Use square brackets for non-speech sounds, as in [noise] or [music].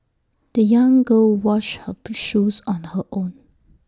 the young girl washed her [unintelligible] shoes on her own